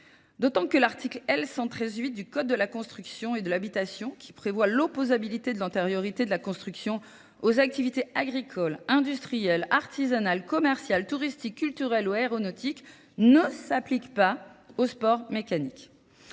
D'autant que l'article L113-8 du Code de la construction et de l'habitation, qui prévoit l'opposabilité de l'antériorité de la construction aux activités agricoles, industrielles, artisanales, commerciales, touristiques, culturelles ou aéronautiques, ne s'applique pas aux sports mécaniques.